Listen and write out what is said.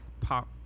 pop